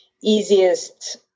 easiest